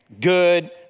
good